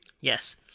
yes